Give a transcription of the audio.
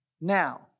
now